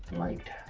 light